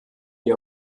die